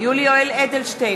יולי יואל אדלשטיין,